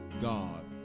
God